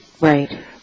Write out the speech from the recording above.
Right